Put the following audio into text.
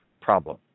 problem